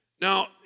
Now